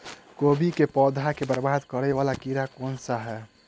कोबी केँ पौधा केँ बरबाद करे वला कीड़ा केँ सा है?